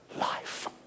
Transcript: life